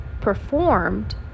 performed